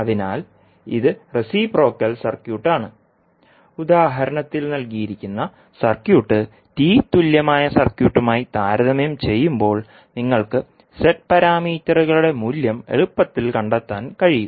അതിനാൽ ഇത് reciprocal circuit ആണ് ഉദാഹരണത്തിൽ നൽകിയിരിക്കുന്ന സർക്യൂട്ട് T തുല്യമായ സർക്യൂട്ടുമായി താരതമ്യം ചെയ്യുമ്പോൾ നിങ്ങൾക്ക് z പാരാമീറ്ററുകളുടെ മൂല്യം എളുപ്പത്തിൽ കണ്ടെത്താൻ കഴിയും